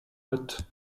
motte